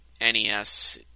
NES